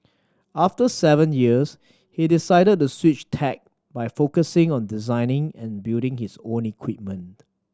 after seven years he decided to switch tack by focusing on designing and building his own equipment